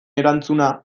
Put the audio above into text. erantzuna